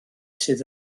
sydd